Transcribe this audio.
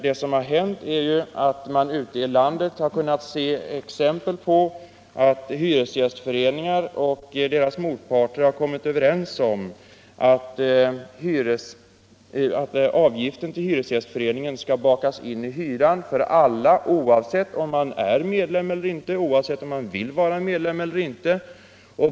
Det som hänt är att man ute i landet kunnat se exempel på att hyresgästföreningar och deras motparter har kommit överens om att avgiften till hyresgästföreningen skall tas ut i samband med hyran för alla oavsett om de är medlemmar eller inte, oavsett om de vill vara medlemmar eller inte.